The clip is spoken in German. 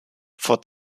vor